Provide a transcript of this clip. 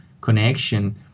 connection